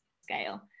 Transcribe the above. scale